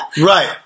Right